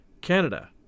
Canada